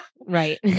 Right